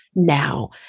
now